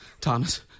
Thomas